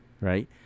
right